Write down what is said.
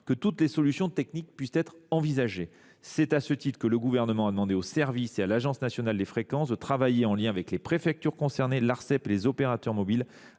que toutes les solutions techniques puissent être envisagées. C’est à ce titre que le Gouvernement a demandé aux services de Bercy et à l’Agence nationale des fréquences de travailler, en lien avec les préfectures concernées, l’Autorité de régulation des